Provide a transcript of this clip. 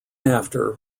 after